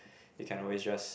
you can always just